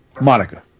Monica